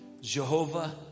Jehovah